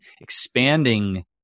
expanding